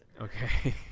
Okay